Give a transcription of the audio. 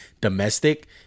domestic